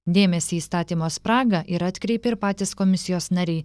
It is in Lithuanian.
dėmesį į įstatymo spragą yra atkreipę ir patys komisijos nariai